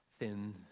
Thin